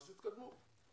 אז תתקדמו.